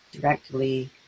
directly